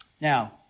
Now